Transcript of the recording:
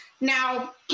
Now